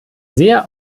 sehr